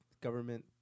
government